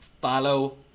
Follow